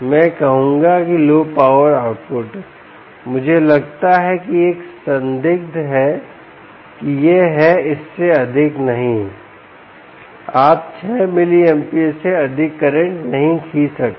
मैं कहूंगा कि लो पावर आउटपुट मुझे लगता है कि एक संदिग्ध है कि यह है इस से अधिक नहीं आप 6 मिलीएमपियर से अधिक करंट नहीं खींच सकते